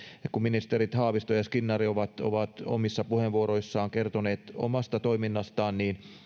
kun ministerit haavisto ja skinnari ovat ovat omissa puheenvuoroissaan kertoneet omasta toiminnastaan